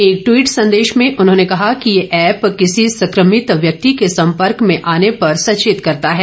एक टवीट संदेश में उन्होंने कहा कि यह ऐप किसी संक्रमित व्यक्ति के संपर्क में आने पर सचेत करता है